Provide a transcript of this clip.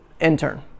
intern